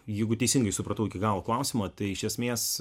jeigu teisingai supratau galo klausimą tai iš esmės